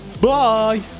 Bye